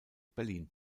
berlin